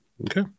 Okay